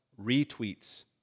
retweets